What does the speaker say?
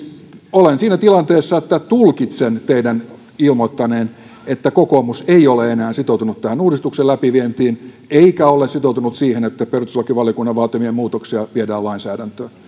olen siinä tilanteessa että tulkitsen teidän ilmoittaneen että kokoomus ei ole enää sitoutunut uudistuksen läpivientiin eikä ole sitoutunut siihen että perustuslakivaliokunnan vaatimia muutoksia viedään lainsäädäntöön